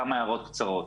כמה הערות קצרות.